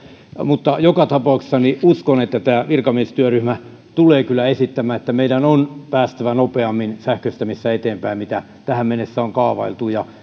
mutta joka tapauksessa uskon että tämä virkamiestyöryhmä tulee kyllä esittämään että meidän on päästävä nopeammin sähköistämisessä eteenpäin kuin mitä tähän mennessä on kaavailtu